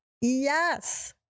Yes